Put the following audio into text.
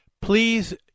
please